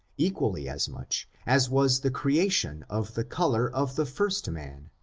equally as much as was the creation of the color of the first man,